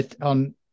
On